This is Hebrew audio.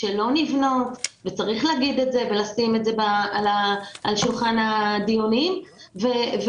שלא נבנות וצריך להגיד את זה ולשים את זה על שולחן הדיונים ויש